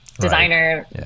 designer